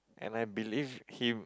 and I believed him